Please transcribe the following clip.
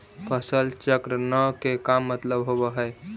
फसल चक्र न के का मतलब होब है?